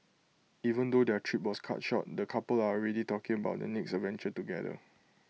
even though their trip was cut short the couple are already talking about their next adventure together